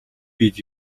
биед